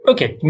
Okay